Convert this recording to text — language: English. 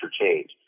change